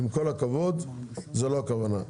עם כל הכבוד, זו לא הכוונה.